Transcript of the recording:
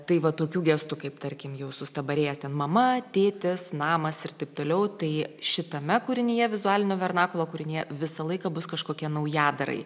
tai va tokių gestų kaip tarkim jau sustabarėjęs ten mama tėtis namas ir taip toliau tai šitame kūrinyje vizualinio vernakulo kūrinyje visą laiką bus kažkokie naujadarai